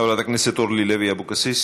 חברת הכנסת אורלי לוי אבקסיס